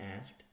asked